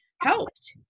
helped